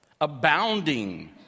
abounding